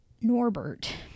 Norbert